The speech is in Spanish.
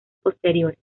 posteriores